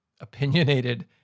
opinionated